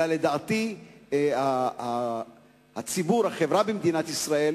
אלא לדעתי החברה במדינת ישראל,